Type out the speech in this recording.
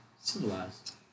Civilized